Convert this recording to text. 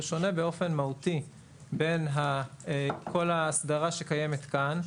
שונה באופן מהותי בין האסדרה שקיימת כאן,